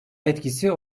etkisi